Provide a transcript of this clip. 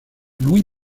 louis